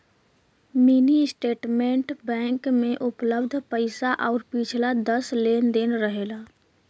mini statement bank में उपलब्ध पैसा आउर पिछला दस लेन देन रहेला